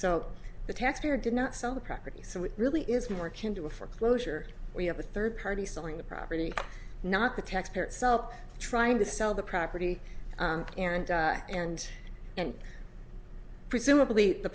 so the taxpayer did not sell the property so it really is more akin to a foreclosure we have a third party selling the property not the taxpayer itself trying to sell the property and and presumably the